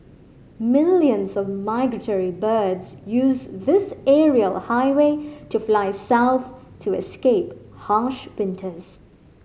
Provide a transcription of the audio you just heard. millions of migratory birds use this aerial highway to fly south to escape harsh winters